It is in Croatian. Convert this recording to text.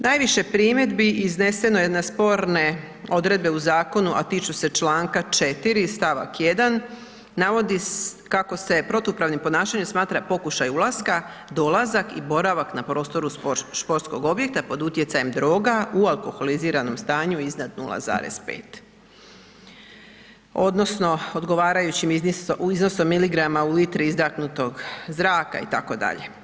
Najviše primjedbi izneseno je na sporne odredbe u zakonu, a tiču se čl. 4 st. 1. Navodi kako se protupravnim ponašanjem smatra pokušaj ulaska, dolazak i boravak na prostoru športskog objekta pod utjecajem droga, u alkoholiziranom stanju iznad 0,5, odnosno odgovarajućim iznosom miligrama u litri izdahnutog zraka, itd.